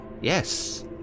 Yes